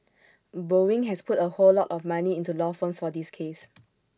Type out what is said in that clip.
boeing has put A whole lot of money into law firms for this case